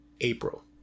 April